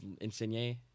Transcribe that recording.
Insigne